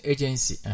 Agency